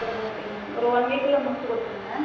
சரி okay madam ஒரு one week குள்ளே முடிச்சு கொடுத்துருங்க